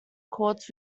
courts